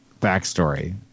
backstory